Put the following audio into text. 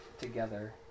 together